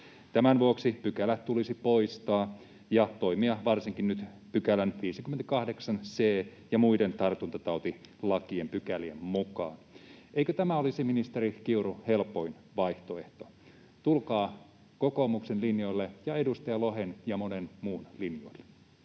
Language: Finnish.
Tämän vuoksi pykälä tulisi poistaa ja toimia varsinkin nyt 58 c §:n ja muiden tartuntatautilakien pykälien mukaan. Eikö tämä olisi, ministeri Kiuru, helpoin vaihtoehto? Tulkaa kokoomuksen linjoille ja edustaja Lohen ja monen muun linjoille.